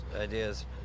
ideas